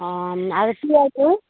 অঁ আৰু C I টোৰ